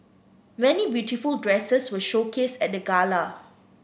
many beautiful dresses were showcased at the gala